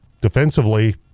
Defensively